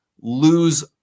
lose